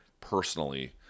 personally